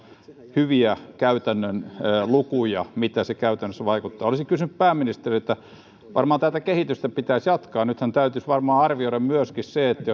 hyviä käytännön lukuja siitä miten ne käytännössä vaikuttavat olisin kysynyt pääministeriltä varmaan tätä kehitystä pitäisi jatkaa nythän täytyisi varmaan arvioida myöskin se että